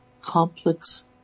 complex